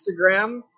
Instagram